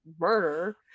murder